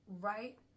right